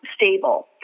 stable